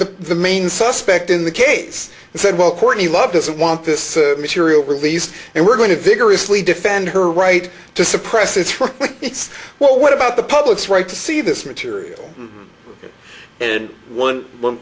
the main suspect in the case and said well courtney love doesn't want this material released and we're going to vigorously defend her right to suppress it well what about the public's right to see this material and one